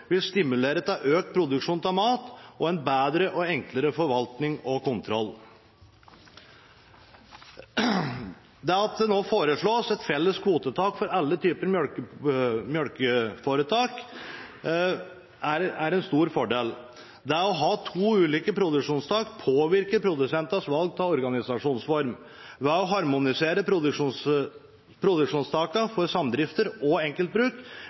vil stimulere til økt produksjon av mat og bedre og enklere forvaltning og kontroll. Det at det nå foreslås et felles kvotetak for alle typer melkeforetak, er en stor fordel. Det å ha to ulike produksjonstak påvirker produsentenes valg av organisasjonsform. Ved å harmonisere produksjonstakene for samdrifter og enkeltbruk,